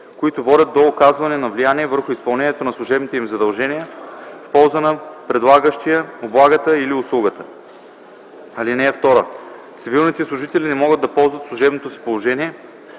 които водят до оказване на влияние върху изпълнението на служебните им задължения в полза на предлагащия облагата или услугата. (2) Цивилните служители не могат да ползват служебното си положение